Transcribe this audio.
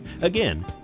Again